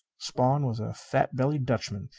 spawn was a fat-bellied dutchman,